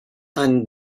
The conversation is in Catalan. any